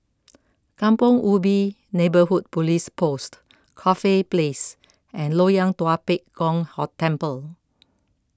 Kampong Ubi Neighbourhood Police Post Corfe Place and Loyang Tua Pek Kong Hong Temple